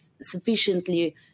sufficiently